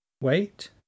wait